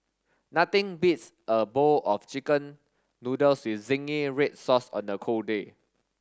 nothing beats a bowl of chicken noodles with zingy red sauce on a cold day